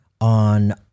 on